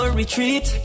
retreat